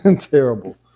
terrible